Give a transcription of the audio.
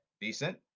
Decent